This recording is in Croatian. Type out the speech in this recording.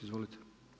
Izvolite.